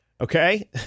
Okay